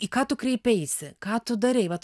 į ką tu kreipeisi ką tu darei vat